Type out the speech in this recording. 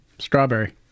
Strawberry